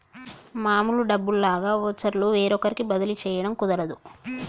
మామూలు డబ్బుల్లాగా వోచర్లు వేరొకరికి బదిలీ చేయడం కుదరదు